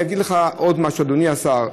אני אגיד לך עוד משהו, אדוני השר.